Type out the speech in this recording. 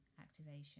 activation